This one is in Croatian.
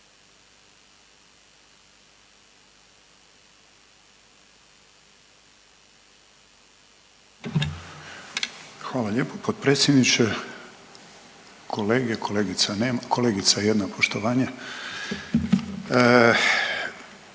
Hvala lijepo potpredsjedniče, kolege, kolegica jedna poštovanje.